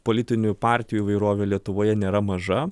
politinių partijų įvairovė lietuvoje nėra maža